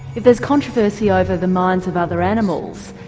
if there's controversy over the minds of other animals,